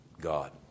God